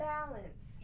Balance